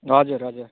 हजुर हजुर